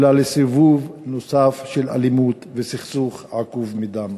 אלא לסיבוב נוסף של אלימות וסכסוך עקוב מדם,